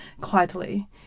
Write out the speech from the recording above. quietly